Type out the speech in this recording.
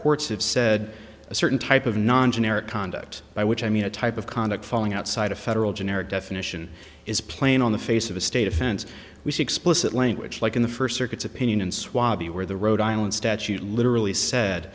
courts have said a certain type of non generic conduct by which i mean a type of conduct falling outside a federal generic definition is plain on the face of a state offense we see explicit language like in the first circuits opinion in swabia where the rhode island statute literally said